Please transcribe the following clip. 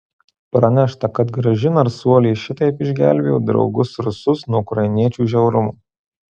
pranešta kad graži narsuolė šitaip išgelbėjo draugus rusus nuo ukrainiečių žiaurumo